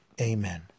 Amen